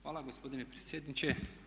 Hvala gospodine predsjedniče.